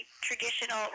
traditional